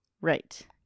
Right